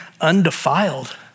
undefiled